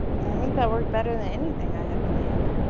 i think that worked better than anything i had planned.